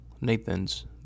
Nathan's